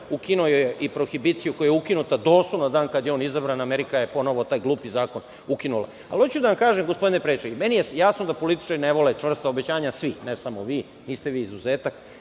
ukinuo je i prohibiciju, koja je ukinuta doslovno na dan kada je on izabran. Amerika je ponovo taj glupi zakon ukinula. Hoću da vam kažem, gospodine predsedniče, meni je jasno da političari ne vole čvrsta obećanja. Svi, ne samo vi, niste vi izuzetak.